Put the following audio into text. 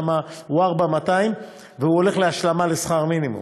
ושם זה 4,200 והוא הולך להשלמה לשכר מינימום.